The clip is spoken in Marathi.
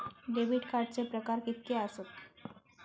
डेबिट कार्डचे प्रकार कीतके आसत?